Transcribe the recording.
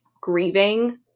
grieving